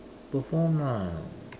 perform lah